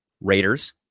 Raiders